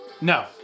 No